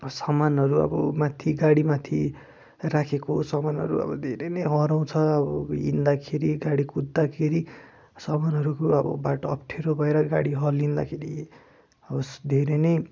सामानहरू अब माथि गाडीमाथि राखेको सामानहरू अब धेरै नै हराउँछ अब हिँड्दाखेरि गाडी कुद्दाखेरि सामानहरूको अब बाटो अप्ठ्यारो भएर गाडी हल्लिँदाखेरि अब धेरै नै